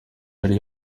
yari